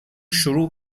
شروع